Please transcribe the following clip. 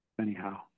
anyhow